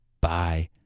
Bye